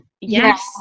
Yes